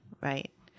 Right